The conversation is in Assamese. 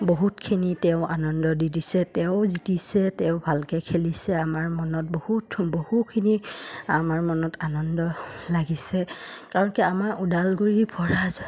বহুতখিনি তেওঁ আনন্দ দি দিছে তেওঁ জিকিছে তেওঁ ভালকৈ খেলিছে আমাৰ মনত বহুত বহুখিনি আমাৰ মনত আনন্দ লাগিছে আৰু কি আমাৰ ওদালগুৰি পৰা